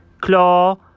claw